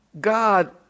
God